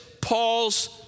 Paul's